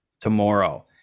tomorrow